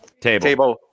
Table